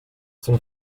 zum